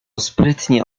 sprytnie